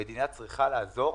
המדינה צריכה לעזור,